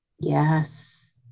Yes